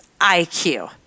IQ